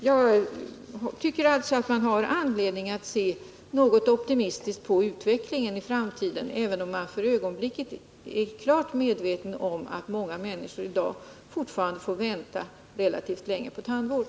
Jag tycker alltså att vi har anledning att se ganska optimistiskt på utvecklingen i framtiden, även om vi för ögonblicket är klart medvetna om att många människor fortfarande får vänta relativt länge på tandvård.